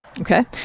Okay